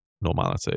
normality